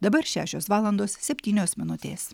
dabar šešios valandos septynios minutės